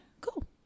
cool